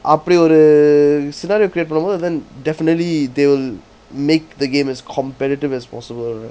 அப்படி ஒரு:appadi oru scenario create பண்ணும்போது:pannumpothu then definitely they will make the game as competitive as possible